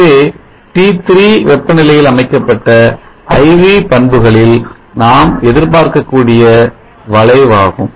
இதுவே T3 வெப்பநிலையில் அமைக்கப்பட்ட I V பண்புகளில் நாம் எதிர்பார்க்கக் கூடிய வளைவாகும்